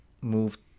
moved